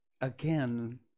again